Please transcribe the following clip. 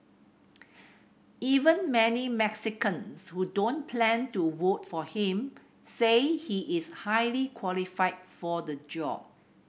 even many Mexicans who don't plan to vote for him say he is highly qualified for the job